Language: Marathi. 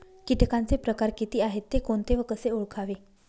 किटकांचे प्रकार किती आहेत, ते कोणते व कसे ओळखावे?